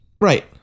Right